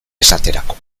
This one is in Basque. esaterako